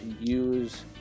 use